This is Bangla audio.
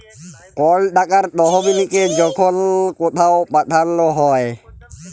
কল টাকার তহবিলকে যখল কথাও পাঠাল হ্যয়